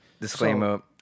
Disclaimer